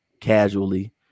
casually